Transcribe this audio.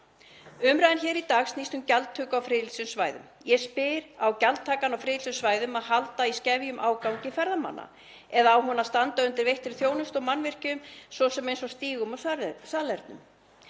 Umræðan hér í dag snýst um gjaldtöku á friðlýstum svæðum. Ég spyr: Á gjaldtakan á friðlýstum svæðum að halda í skefjum ágangi ferðamanna eða á hún að standa undir veittri þjónustu og mannvirkjum, svo sem eins og stígum og salernum?